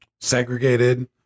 segregated